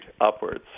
upwards